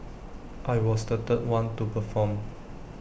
I was the third one to perform